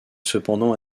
cependant